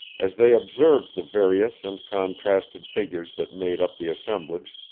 as they observed the various and contrasted figures that made up the assemblage,